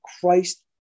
Christ